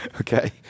Okay